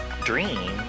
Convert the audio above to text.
dream